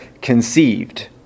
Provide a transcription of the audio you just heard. conceived